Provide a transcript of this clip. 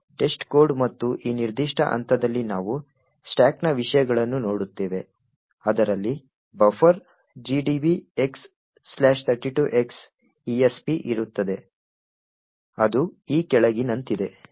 Testcode ಮತ್ತು ಈ ನಿರ್ದಿಷ್ಟ ಹಂತದಲ್ಲಿ ನಾವು ಸ್ಟಾಕ್ನ ವಿಷಯಗಳನ್ನು ನೋಡುತ್ತೇವೆ ಅದರಲ್ಲಿ ಬಫರ್ gdb x32x esp ಇರುತ್ತದೆ ಅದು ಈ ಕೆಳಗಿನಂತಿದೆ